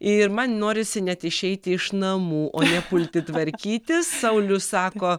ir man norisi net išeiti iš namų o ne pulti tvarkytis saulius sako